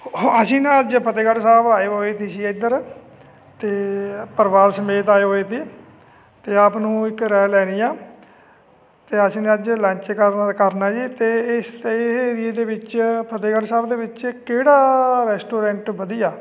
ਅਸੀਂ ਨਾ ਅੱਜ ਫਤਿਹਗੜ੍ਹ ਸਾਹਿਬ ਆਏ ਹੋਏ ਤੇ ਜੀ ਇੱਧਰ ਤੇ ਪਰਿਵਾਰ ਸਮੇਤ ਆਏ ਹੋਏ ਤੇ ਆਪ ਨੂੰ ਇੱਕ ਰਾਏ ਲੈਣੀ ਆ ਅਤੇ ਅਸੀਂ ਅੱਜ ਲੰਚ ਕਰ ਕਰਨਾ ਜੀ ਅਤੇ ਇਸ ਅਤੇ ਇਹ ਏਰੀਏ ਦੇ ਵਿੱਚ ਫਤਿਹਗੜ੍ਹ ਸਾਹਿਬ ਦੇ ਵਿੱਚ ਕਿਹੜਾ ਰੈਸਟੋਰੈਂਟ ਵਧੀਆ